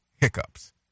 hiccups